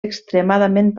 extremadament